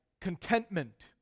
contentment